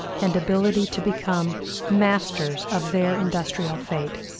and ability to become masters of their industrial fate.